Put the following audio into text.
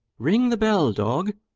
ring the bell, dog.